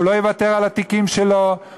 הוא לא יוותר על התיקים שלו,